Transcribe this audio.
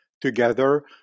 Together